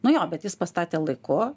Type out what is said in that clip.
nu jo bet jis pastatė laiku